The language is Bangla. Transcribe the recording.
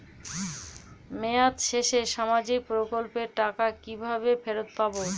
মেয়াদ শেষে সামাজিক প্রকল্পের টাকা কিভাবে ফেরত পাবো?